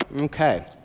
Okay